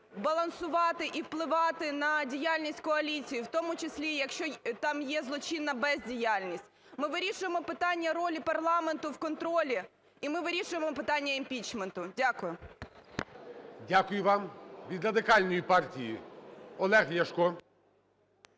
балансувати і впливати на діяльність коаліції, в тому числі, якщо там є злочинна бездіяльність. Ми вирішуємо питання ролі парламенту в контролі і ми вирішуємо питання імпічменту. Дякую. ГОЛОВУЮЧИЙ. Дякую вам. Від Радикальної партії Олег Ляшко.